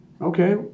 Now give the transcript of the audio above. Okay